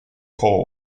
whole